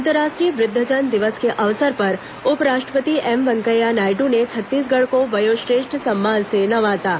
अंतर्राष्ट्रीय वृद्धजन दिवस के अवसर पर उप राष्ट्रपति एम वेंकैया नायडू ने छत्तीसगढ़ को वयोश्रेष्ठ सम्मान से नवाजा